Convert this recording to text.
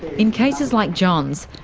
in cases like john's,